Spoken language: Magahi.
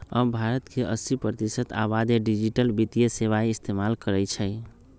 अब भारत के अस्सी प्रतिशत आबादी डिजिटल वित्तीय सेवाएं इस्तेमाल करई छई